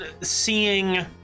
Seeing